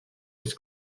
his